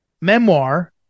memoir